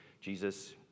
Jesus